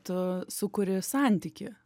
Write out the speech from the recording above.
tu sukuri santykį